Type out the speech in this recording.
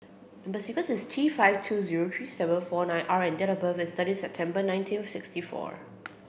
number sequence is T five two zero three seven four nine R and date of birth is thirteen September nineteen sixty four